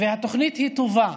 והתוכנית היא טובה,